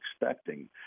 expecting